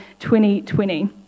2020